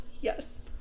Yes